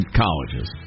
colleges